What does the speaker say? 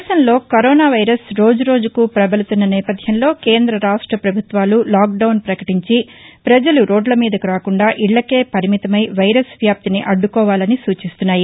దేశంలో corona virus రోజు రోజుకు పబలుతున్న నేపథ్యంలో కేంద రాష్ట పభుత్వాలు లాక్ డౌన్ పకటించి ప్రజలు రోడ్ల మీదకు రాకుండా ఇజ్లకే పరిమితమై వైరస్ వ్యాప్తిని అడ్దుకోవాలని సూచిస్తున్నాయి